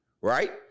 right